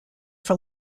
for